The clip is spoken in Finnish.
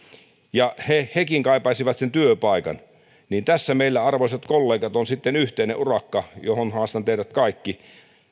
ja hekin kaipaisivat sen työpaikan niin tässä meillä arvoisat kollegat on sitten yhteinen urakka johon haastan teidät kaikki